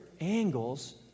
angles